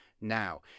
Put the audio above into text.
now